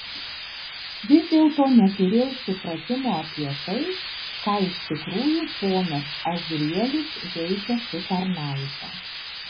vis dėlto neturėjau supratimo apie tai ką iš tikrųjų ponas azrielis veikia su tarnaite